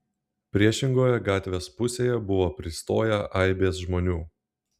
priešingoje gatvės pusėje buvo pristoję aibės žmonių